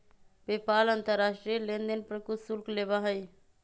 PayPal अंतर्राष्ट्रीय लेनदेन पर कुछ शुल्क लेबा हई